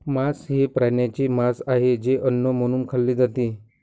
मांस हे प्राण्यांचे मांस आहे जे अन्न म्हणून खाल्ले जाते